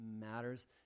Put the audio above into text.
matters